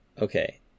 Okay